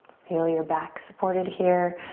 feel your back supported here.